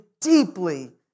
deeply